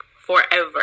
forever